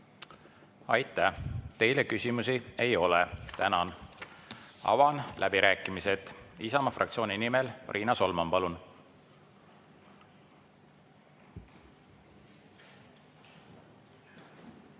Aitäh! Teile küsimusi ei ole. Tänan! Avan läbirääkimised. Isamaa fraktsiooni nimel Riina Solman, palun!